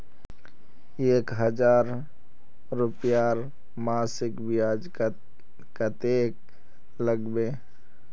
एक हजार रूपयार मासिक ब्याज कतेक लागबे?